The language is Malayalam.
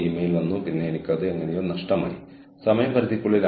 പിന്നെ ആരോ പറഞ്ഞു ശരി ഒരു കുക്കിംഗ് റേഞ്ച് സഹായകരമാകും